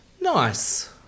Nice